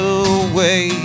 away